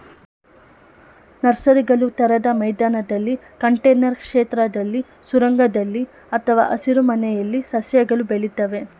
ನರ್ಸರಿಗಳು ತೆರೆದ ಮೈದಾನದಲ್ಲಿ ಕಂಟೇನರ್ ಕ್ಷೇತ್ರದಲ್ಲಿ ಸುರಂಗದಲ್ಲಿ ಅಥವಾ ಹಸಿರುಮನೆಯಲ್ಲಿ ಸಸ್ಯಗಳನ್ನು ಬೆಳಿತವೆ